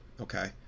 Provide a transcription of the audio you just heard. okay